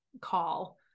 call